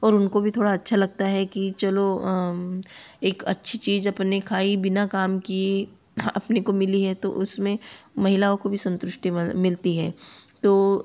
और उनको भी थोड़ा अच्छा लगता है कि चलो एक अच्छी चीज़ अपन ने खाई बिना काम किए हाँ अपने को मिली है तो उसमें महिलाओं को भी संतुष्टि मिलती है तो